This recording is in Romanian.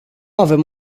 avem